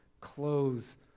clothes